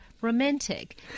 Romantic